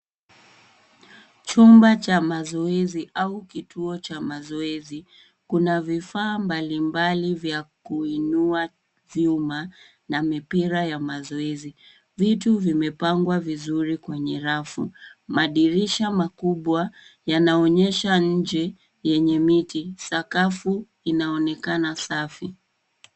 Chumba cha mazoezi au kituo cha mazoezi. Kuna vifaa mbali mbali vyenye vya kuinua vyuma na mipira ya mazoezi. Vitu vimepangwa vizuri kwenye rafu. Madirisha makubwa yanaonyesha nje yenye miti, sakafu inaonekana safi.